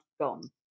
gone